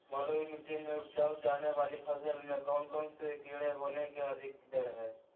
बलुई मिट्टी में उपजाय जाने वाली फसल में कौन कौन से कीड़े होने के अधिक डर हैं?